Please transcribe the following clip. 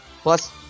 Plus